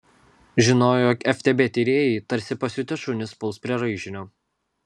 žinojo jog ftb tyrėjai tarsi pasiutę šunys puls prie raižinio